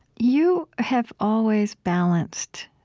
you have always balanced